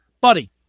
buddy